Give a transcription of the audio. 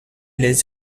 les